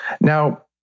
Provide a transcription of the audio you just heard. Now